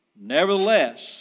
Nevertheless